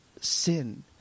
sin